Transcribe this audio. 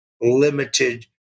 limited